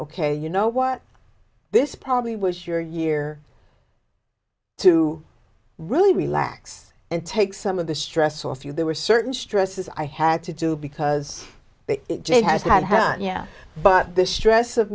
ok you know what this probably was your year to really relax and take some of the stress or through there were certain stresses i had to do because it jane has had yeah but the stress of